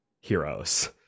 Heroes